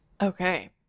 okay